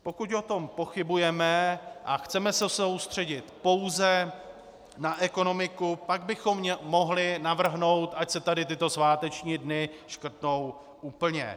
Pokud o tom pochybujeme a chceme se soustředit pouze na ekonomiku, pak bychom mohli navrhnout, ať se tady tyto sváteční dny škrtnou úplně.